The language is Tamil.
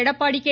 எடப்பாடி கே